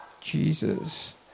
Jesus